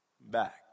back